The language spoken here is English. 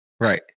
Right